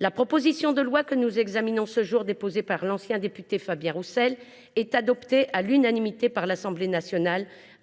La proposition de loi que nous examinons ce jour, déposée par l’ancien député Fabien Roussel et adoptée à l’unanimité par l’Assemblée nationale,